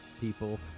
people